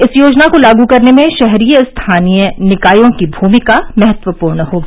इस योजना को लागू करने में शहरी स्थानीय निकायों की भूमिका महत्वपूर्ण होगी